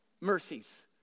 Mercies